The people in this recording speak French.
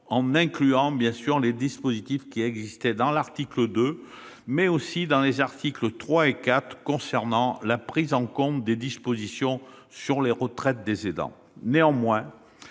en incluant les dispositifs qui existaient dans l'article 2, mais aussi dans les articles 3 et 4 concernant la prise en compte des dispositions sur les retraites des aidants. Néanmoins,